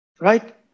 right